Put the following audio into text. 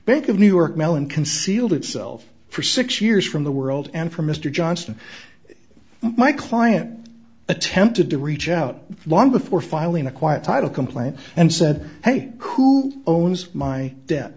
bank of new york mellon concealed itself for six years from the world and from mr johnston my client attempted to reach out long before filing a quiet title complaint and said hey who owns my debt